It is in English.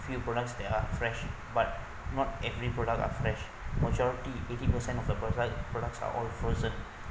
few products there are fresh but not every product are fresh majority eighty percent of the products products are all frozen